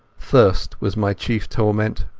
thirst was my chief torment.